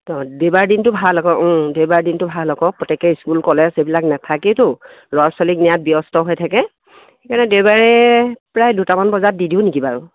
অঁ দেওবাৰ দিনটো ভাল আকৌ দেওবাৰ দিনটো ভাল আকৌ প্ৰত্যেকে স্কুল কলেজ এইবিলাক নাথাকেইেতো ল'ৰা ছোৱালীক নিয়াত ব্যস্ত হৈ থাকে সেইকাৰণে দেওবাৰে প্ৰায় দুটামান বজাত দি দিওঁ নেকি বাৰু